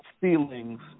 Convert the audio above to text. feelings